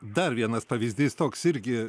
dar vienas pavyzdys toks irgi